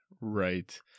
Right